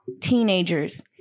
teenagers